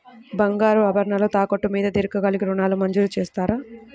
బంగారు ఆభరణాలు తాకట్టు మీద దీర్ఘకాలిక ఋణాలు మంజూరు చేస్తారా?